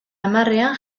hamarrean